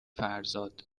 فرزاد